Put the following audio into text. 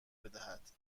بدهد